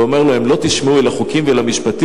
ואומר לו: אם לא תשמעו אל החוקים ואל המשפטים,